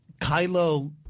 Kylo